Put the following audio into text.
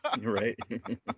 right